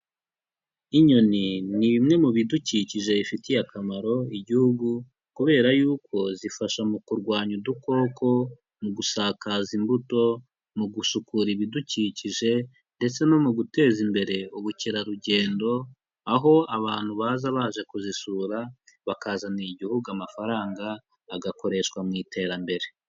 Inyoni ni bimwe mu bidukikije bifitiye akamaro igihugu, kubera yuko zifasha mu kurwanya udukoko, mu gusakaza imbuto, mu gusukura ibidukikije ndetse no mu guteza imbere ubukerarugendo; aho abantu baza baje kuzisura bakazanira igihugu amafaranga, agakoreshwa mu iterambere.